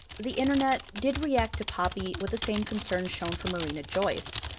the internet did react to poppy with the same concern shown for marina joyce.